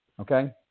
okay